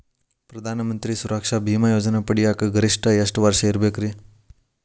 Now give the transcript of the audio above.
ಪ್ರಧಾನ ಮಂತ್ರಿ ಸುರಕ್ಷಾ ಭೇಮಾ ಯೋಜನೆ ಪಡಿಯಾಕ್ ಗರಿಷ್ಠ ಎಷ್ಟ ವರ್ಷ ಇರ್ಬೇಕ್ರಿ?